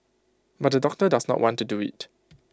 but the doctor does not want to do IT